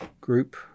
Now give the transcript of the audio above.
group